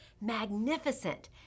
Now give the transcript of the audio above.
Magnificent